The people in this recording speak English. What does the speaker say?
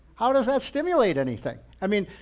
how does that stimulate anything? i mean,